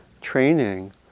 training